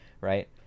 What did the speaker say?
right